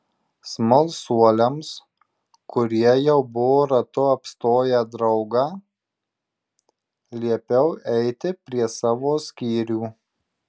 smalsuoliams kurie jau buvo ratu apstoję draugą liepiau eiti prie savo skyrių